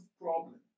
problem